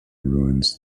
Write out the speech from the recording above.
ruins